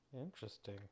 Interesting